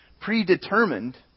predetermined